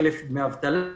חלף דמי אבטלה,